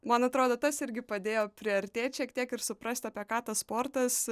man atrodo tas irgi padėjo priartėt šiek tiek ir suprast apie ką tas sportas